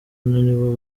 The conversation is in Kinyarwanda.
nibo